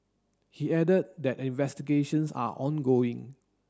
he added that investigations are ongoing